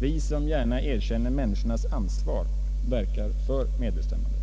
Vi som gärna erkänner människornas ansvar verkar för medbestämmanderätt.